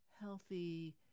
healthy